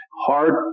Hard